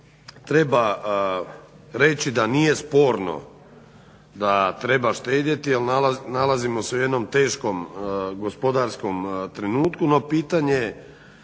treba reći da nije sporno da treba štedjeti jel nalazimo se u jednom teškom gospodarskom trenutku, no pitanje gdje